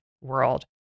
world